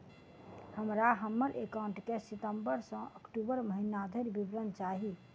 हमरा हम्मर एकाउंट केँ सितम्बर सँ अक्टूबर महीना धरि विवरण चाहि?